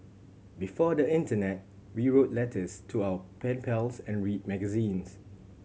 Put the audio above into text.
before the internet we wrote letters to our pen pals and read magazines